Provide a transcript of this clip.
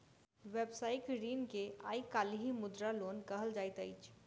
व्यवसायिक ऋण के आइ काल्हि मुद्रा लोन कहल जाइत अछि